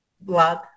blood